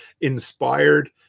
inspired